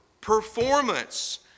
performance